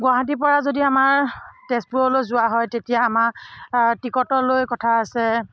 গুৱাহাটীৰ পৰা যদি আমাৰ তেজপুৰলৈ যোৱা হয় তেতিয়া আমাৰ টিকটলৈ কথা আছে